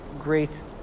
great